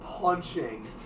punching